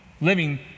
living